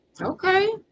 okay